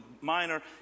minor